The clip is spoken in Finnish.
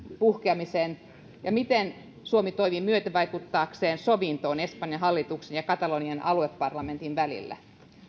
puhkeamisen ja miten suomi toimii myötävaikuttaakseen sovintoon espanjan hallituksen ja katalonian alueparlamentin välillä